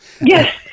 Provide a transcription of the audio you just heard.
yes